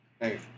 Hey